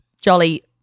jolly